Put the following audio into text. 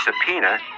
subpoena